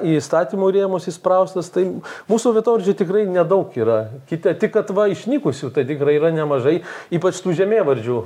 į įstatymų rėmus įspraustas tai mūsų vietovardžiai tikrai nedaug yra kitę tik kad va išnykusių tai tikrai yra nemažai ypač tų žemėvardžių